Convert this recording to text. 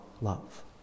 love